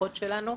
הלקוחות שלנו.